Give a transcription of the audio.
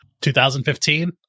2015